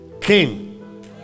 king